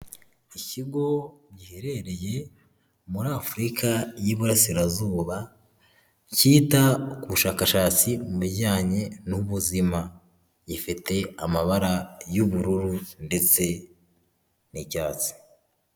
Ikigo giherereye muri Africa y'iburasirazuba cyita kubushakashatsi mu bijyanye n'ubuzima, gifite amabara y'ubururu ndetse n'icyatsi.